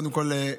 קודם כול,